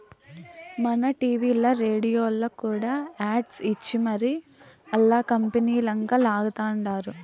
మన టీవీల్ల, రేడియోల్ల కూడా యాడ్స్ ఇచ్చి మరీ ఆల్ల కంపనీలంక లాగతండారు